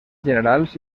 generals